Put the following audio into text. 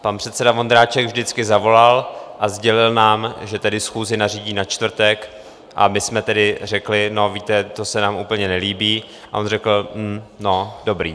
Pan předseda Vondráček vždycky zavolal a sdělil nám, že tedy schůzi nařídí na čtvrtek, a my jsme tedy řekli: No, víte, to se nám úplně nelíbí, a on řekl: Hm, no, dobrý.